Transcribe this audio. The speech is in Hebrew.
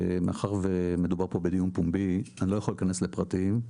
שמאחר ומדובר פה בדיון פומבי אני לא יכול להיכנס לפרטים.